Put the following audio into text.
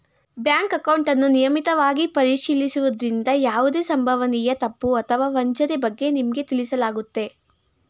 bank ಅಕೌಂಟನ್ನು ನಿಯಮಿತವಾಗಿ ಪರಿಶೀಲಿಸುವುದ್ರಿಂದ ಯಾವುದೇ ಸಂಭವನೀಯ ತಪ್ಪು ಅಥವಾ ವಂಚನೆ ಬಗ್ಗೆ ನಿಮ್ಗೆ ತಿಳಿಸಲಾಗುತ್ತೆ